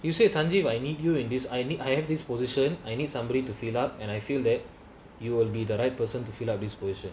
you say sanjeev I need you in this I need I have this position I need somebody to fill up and I feel that you will be the right person to fill up this position